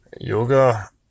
yoga